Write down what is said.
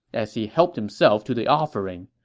as he helped himself to the offering.